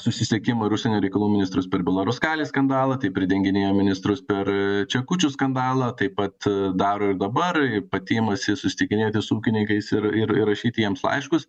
susisiekimo ir užsienio reikalų ministras per belaruskalis skandalą tai pridenginėjo ministrus per čekučių skandalą taip pat daro ir dabar pati imasi susitikinėti su ūkininkais ir ir ir rašyt jiems laiškus